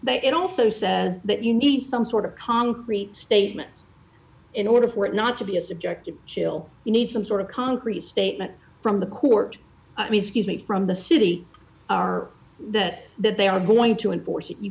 but it also says that you need some sort of concrete statements in order for it not to be a subject to kill you need some sort of concrete statement from the court i mean excuse me from the city are that that they are going to enforce